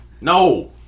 No